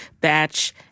batch